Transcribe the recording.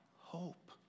hope